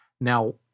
Now